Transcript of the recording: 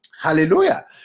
Hallelujah